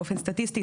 באופן סטטיסטי,